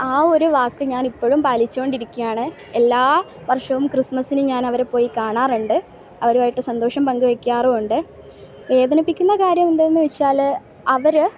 ആ ഒരു വാക്ക് ഞാൻ ഇപ്പോഴും പാലിച്ചു കൊണ്ടിരിക്കുകയാണ് എല്ലാ വർഷവും ക്രിസ്മസിന് ഞാൻ അവരെ പോയി കാണാറുണ്ട് അവരുവായിട്ട് സന്തോഷം പങ്ക് വെയ്ക്കാറുമുണ്ട് വേദനിപ്പിക്കുന്ന കാര്യം എന്താന്ന് വെച്ചാൽ അവർ